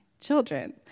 children